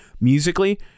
musically